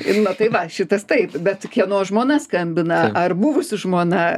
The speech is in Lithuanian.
nu tai va šitas taip bet kieno žmona skambina ar buvusi žmona